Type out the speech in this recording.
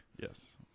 Yes